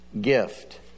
gift